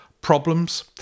problems